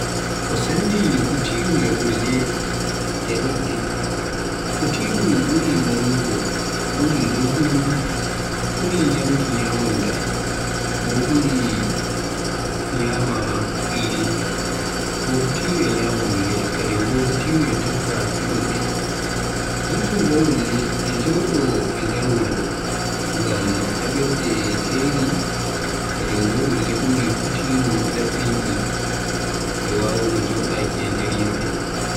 Ko sendi kutiru e ulle e ɗuɗɗi, kutiru buri mawnugo, ɓuri doggudu, ɓuri ñyamki ñyamunda, bo kutiru e ñyama ulle, Kadim kutiru e tokka fidowoɓe. Kanjum bo ulle e joɗo e nder wuro ngam haɓirde e jeeri, Kadin bo ulle ɓuri kutiru laɓɓinki e wawugo joɓaaki nder yimɓe.